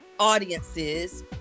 audiences